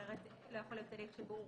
אחרת לא יכול להיות הליך של בירור,